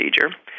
procedure